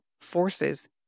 forces